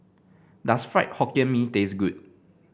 does Fried Hokkien Mee taste good